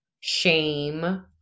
shame